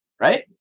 right